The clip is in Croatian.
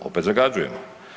Opet zagađujemo.